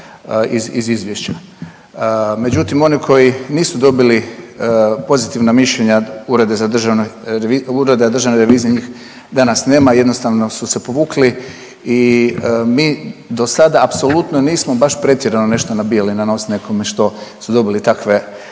iz izvješća. Međutim, oni koji nisu dobili pozitivna mišljenja Ureda državne revizije njih danas nema jednostavno su se povukli i mi do sada apsolutno nismo baš pretjerano nešto nabijali na nos nekome što su dobili takve